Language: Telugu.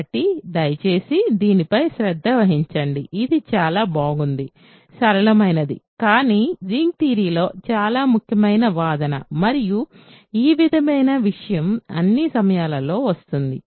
కాబట్టి దయచేసి దీనిపై శ్రద్ధ వహించండి ఇది చాలా బాగుంది సరళమైనది కానీ రింగ్ థియరీలో చాలా ముఖ్యమైన వాదన మరియు ఈ విధమైన విషయం అన్ని సమయాలలో వస్తుంది